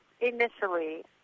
initially